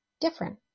different